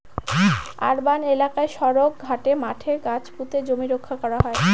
urban এলাকায় সড়ক, ঘাটে, মাঠে গাছ পুঁতে জমি রক্ষা করা হয়